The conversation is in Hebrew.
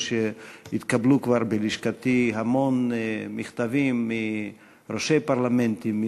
שהתקבלו כבר בלשכתי המון מכתבים מראשי פרלמנטים,